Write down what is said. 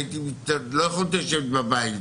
לא יכולתי לשבת בבית.